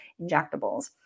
injectables